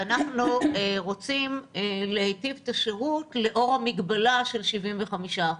ואנחנו רוצים להיטיב את השירות לאור המגבלה של 75%,